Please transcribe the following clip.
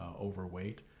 overweight